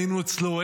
שהיינו אצלו,